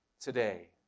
today